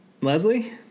Leslie